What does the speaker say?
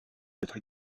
d’être